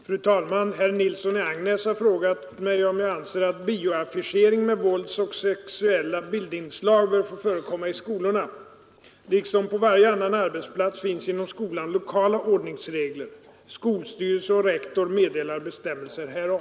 Fru talman! Herr Nilsson i Agnäs har frågat mig om jag anser att bioaffischering med våldsoch sexuella bildinslag bör få förekomma i skolorna. Liksom på varje annan arbetsplats finns inom skolan lokala ordningsregler. Skolstyrelse och rektor meddelar bestämmelser härom.